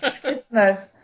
christmas